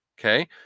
Okay